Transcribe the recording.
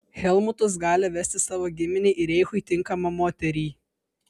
helmutas gali vesti savo giminei ir reichui tinkamą moterį